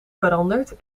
veranderd